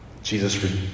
Jesus